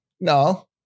No